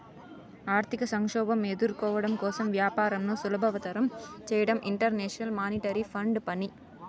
ఆర్థిక సంక్షోభం ఎదుర్కోవడం కోసం వ్యాపారంను సులభతరం చేయడం ఇంటర్నేషనల్ మానిటరీ ఫండ్ పని